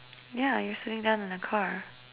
yeah you're sitting down in a car